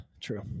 true